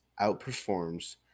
outperforms